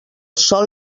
sòl